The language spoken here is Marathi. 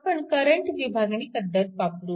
आपण करंट विभागणी पद्धत वापरू